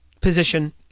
position